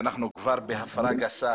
ואנחנו כבר בהפרה גסה